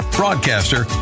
broadcaster